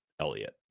elliot